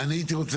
אני רק רוצה